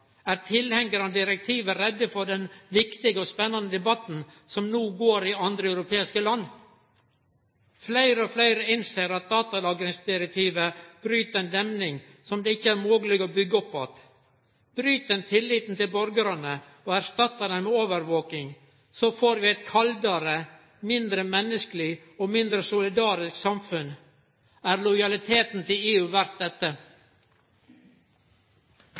Er tilhengarane av direktivet redde for den viktige og spennande debatten som no går i andre europeiske land? Fleire og fleire innser at datalagringsdirektivet bryt ei demning som det ikkje er mogleg å byggje opp att. Bryt ein tilliten til borgarane og erstattar den med overvaking, får vi eit kaldare, mindre menneskeleg og mindre solidarisk samfunn. Er lojaliteten til EU verdt dette?